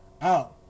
out